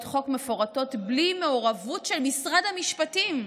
חוק מפורטות בלי מעורבות של משרד המשפטים,